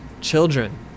children